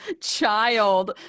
child